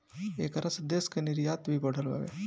ऐकरा से देश के निर्यात भी बढ़ल बावे